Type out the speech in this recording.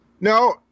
No